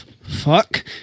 fuck